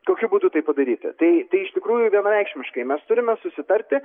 tokiu būdu tai padaryti tai tai iš tikrųjų vienareikšmiškai mes turime susitarti